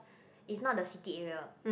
it's not the city area